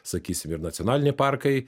sakysim ir nacionaliniai parkai